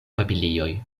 papilioj